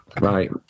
Right